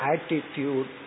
Attitude